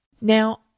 Now